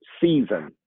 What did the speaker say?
season